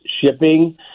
shipping